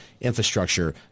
infrastructure